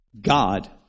God